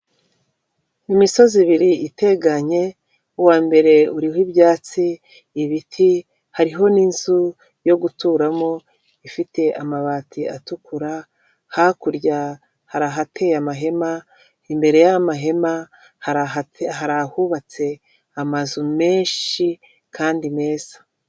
Imisozi ibiri iteganye uwambere uriho ibyatsi, ibiti hariho n'inzu yo guturamo ifite amabati atukura, hakurya hari ahateye amahema, imbere y'amahema hari ahubatse amazu menshi kandi meza.